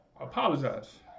apologize